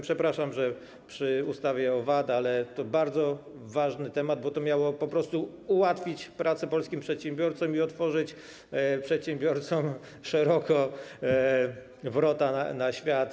Przepraszam, że przy ustawie o VAT, ale to bardzo ważny temat, bo to miało po prostu ułatwić pracę polskim przedsiębiorcom i otworzyć przedsiębiorcom szeroko wrota na świat.